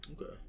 Okay